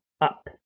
up